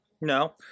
No